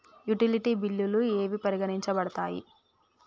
Utility బిల్లులు ఏవి పరిగణించబడతాయి?